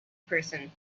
person